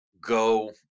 go